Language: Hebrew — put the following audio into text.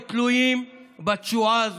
והם תלויים בתשועה הזאת,